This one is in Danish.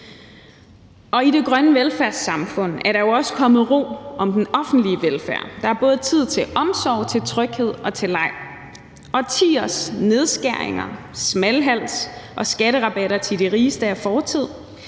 I det grønne velfærdssamfund er der også kommet ro om den offentlige velfærd. Der er både tid til omsorg, til tryghed og til leg. Årtiers nedskæringer, smalhals og skatterabatter til de rigeste er fortid.